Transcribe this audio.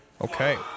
Okay